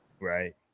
Right